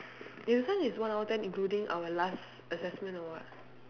eh so this one is one hour ten including our last assessment or what